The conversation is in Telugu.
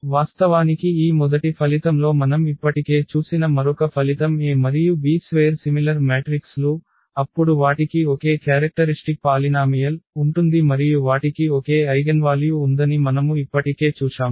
వాస్తవానికి ఈ మొదటి ఫలితంలో మనం ఇప్పటికే చూసిన మరొక ఫలితం A మరియు B స్వేర్ సిమిలర్ మ్యాట్రిక్స్ లు అప్పుడు వాటికి ఒకే క్యారెక్టరిష్టిక్ పాలినామియల్ ఉంటుంది మరియు వాటికి ఒకే ఐగెన్వాల్యూ ఉందని మనము ఇప్పటికే చూశాము